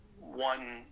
one